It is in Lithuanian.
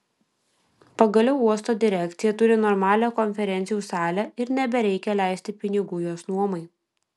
pagaliau uosto direkcija turi normalią konferencijų salę ir nebereikia leisti pinigų jos nuomai